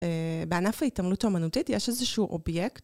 בענף ההתעמלות האומנותית יש איזשהו אובייקט.